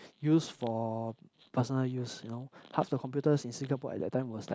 used for personal use you know half the computers in Singapore at that time was like